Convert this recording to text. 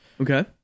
okay